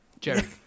Jerry